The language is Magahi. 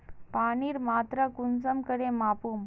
पानीर मात्रा कुंसम करे मापुम?